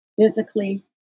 physically